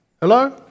Hello